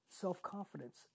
self-confidence